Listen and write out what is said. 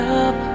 up